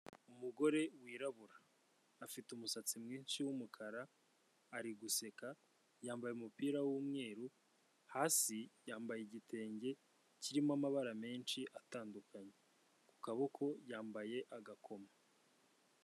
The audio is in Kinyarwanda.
Umugore wirabura afite umusatsi mwinshi w'umukara ari guseka yambaye umupira w'umweru, hasi yambaye igitenge kirimo amabara menshi atandukanye, ku kaboko yambaye agakomo.